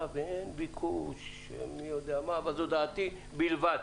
ואין ביקוש מי יודע מה אבל זו דעתי בלבד.